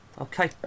Okay